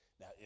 Now